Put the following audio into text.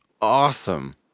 Awesome